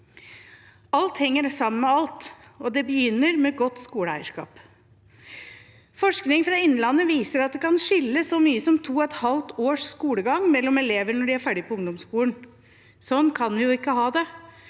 Alt henger sammen med alt, og det begynner med godt skoleeierskap. Forskning fra Innlandet viser at det kan skille så mye som to og et halvt års skolegang mellom elever når de er ferdig på ungdomsskolen. Sånn kan vi ikke ha det.